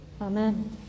Amen